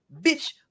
bitch